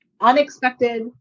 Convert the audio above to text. Unexpected